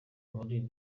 muri